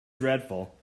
dreadful